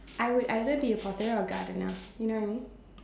I would either be a potterer or gardener you know what I mean